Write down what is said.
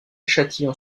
châtillon